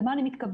למה אני מתכוונת?